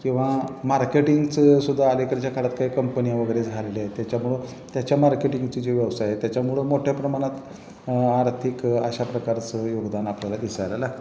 किंवा मार्केटिंगचं सुद्धा अलिकडच्या काळात काही कंपन्या वगैरे झालेल्या आहेत त्याच्यामुळं त्याच्या मार्केटिंगचे जे व्यवसा आहेत त्याच्यामुळं मोठ्या प्रमाणात आर्थिक अशा प्रकारचं योगदान आपल्याला दिसायला लागत आहे